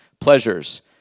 pleasures